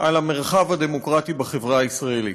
על המרחב הדמוקרטי בחברה הישראלית.